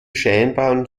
scheinbaren